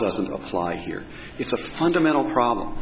doesn't apply here it's a fundamental problem